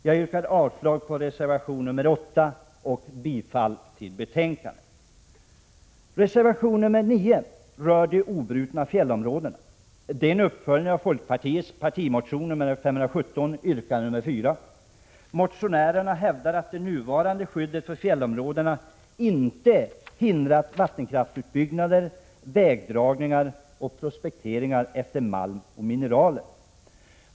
Jag yrkar avslag på reservation nr 8 och bifall till utskottets hemställan. Reservation nr 9 rörande de obrutna fjällområdena är en uppföljning av folkpartiets partimotion Bo517, yrkande 4. Motionärerna hävdar att det nuvarande skyddet för fjällområdena inte hindrat vattenkraftsutbyggnader, Prot. 1986/87:108 vägdragningar och prospekteringar efter malm och mineraler.